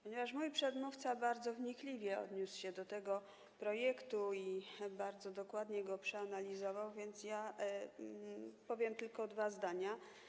Ponieważ mój przedmówca bardzo wnikliwie odniósł się do tego projektu i bardzo dokładnie go przeanalizował, ja powiem tylko dwa zdania.